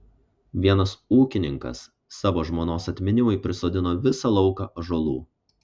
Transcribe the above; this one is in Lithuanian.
vienas ūkininkas savo žmonos atminimui prisodino visą lauką ąžuolų